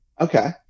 Okay